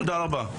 תודה רבה.